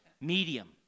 medium